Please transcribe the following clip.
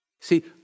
See